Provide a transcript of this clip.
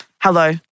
hello